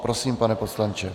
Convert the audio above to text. Prosím, pane poslanče.